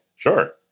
Sure